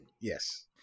Yes